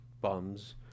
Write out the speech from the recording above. bums